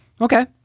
Okay